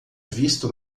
visto